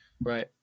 right